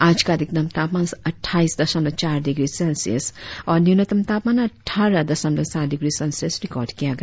आज का अधिकतम तापमान अट्ठाईस दशमलव चार डिग्री सेल्सियस और न्यूनतम तापमान अट़ठारह दशमलव सात डिग्री सेल्सियस रिकार्ड किया गया